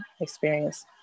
experience